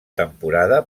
temporada